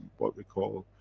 what we call,